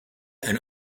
and